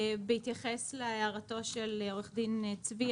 בהתייחס להערתו של עו"ד צבי,